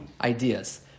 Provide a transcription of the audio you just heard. ideas